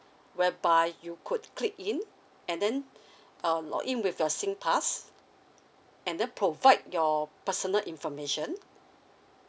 whereby you could click in and then um log in with your singpass and then provide your personal information